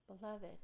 Beloved